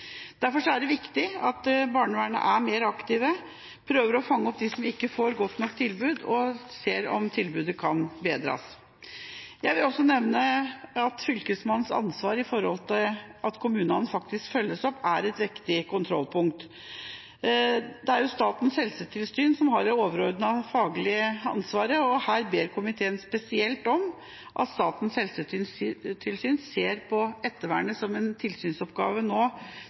Derfor er det viktig at barnevernet er mer aktivt, prøver å fange opp dem som ikke får et godt nok tilbud, og ser om tilbudet kan bedres. Jeg vil også nevne at Fylkesmannens ansvar for at kommunene faktisk følges opp, er et viktig kontrollpunkt. Det er Statens helsetilsyn som har det overordnede faglige ansvaret, og her ber komiteen spesielt om at Statens helsetilsyn ser på ettervernet som en tilsynsoppgave nå,